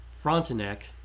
Frontenac